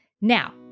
Now